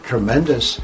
Tremendous